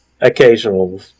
occasional